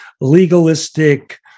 legalistic